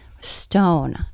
stone